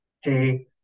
hey